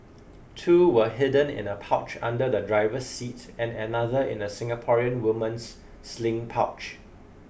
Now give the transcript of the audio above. two were hidden in a pouch under the driver's seat and another in a Singaporean woman's sling pouch